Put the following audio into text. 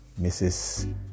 Mrs